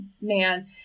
man